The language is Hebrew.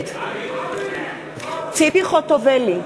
נגד ציפי חוטובלי,